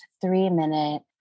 three-minute